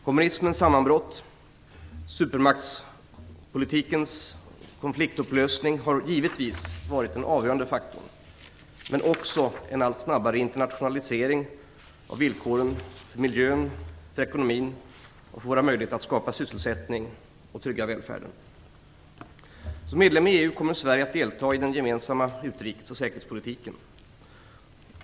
Kommunismens sammanbrott och supermaktspolitikens konfliktupplösning har givetvis varit den avgörande faktorn men också en allt snabbare internationalisering av villkoren för miljön, för ekonomin och för våra möjligheter att skapa sysselsättning och att trygga välfärden. Som medlem i EU kommer Sverige att delta i den gemensamma utrikes och säkerhetspolitiken.